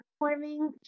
performing